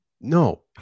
No